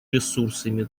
ресурсами